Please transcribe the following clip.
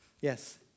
Yes